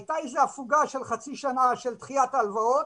הייתה איזה הפוגה של חצי שנה של דחיית ההלוואות